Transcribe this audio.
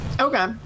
Okay